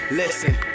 listen